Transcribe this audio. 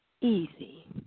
easy